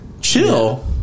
Chill